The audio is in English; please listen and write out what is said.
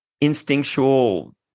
instinctual